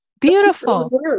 Beautiful